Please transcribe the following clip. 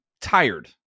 tired